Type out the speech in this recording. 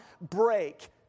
break